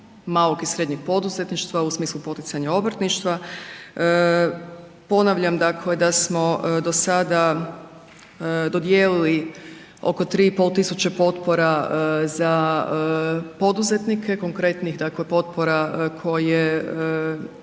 malog i srednjeg poduzetništva, u smislu poticanja obrtništva. Ponavljam dakle da smo sada dodijelili oko 3500 potpora za poduzetnike, konkretnih dakle potpora koje